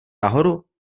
nahoru